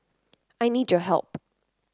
I need your help